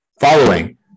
following